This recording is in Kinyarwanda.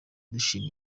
gushima